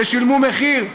ששילמו מחיר.